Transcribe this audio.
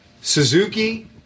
Suzuki